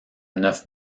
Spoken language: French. neuf